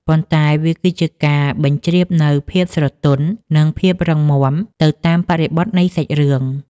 ប៉ុន្តែវាគឺជាការបញ្ជ្រាបនូវភាពស្រទន់ និងភាពរឹងមាំទៅតាមបរិបទនៃសាច់រឿង។